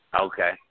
Okay